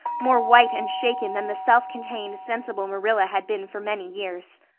more white and shaken than the self-contained, sensible marilla had been for many years.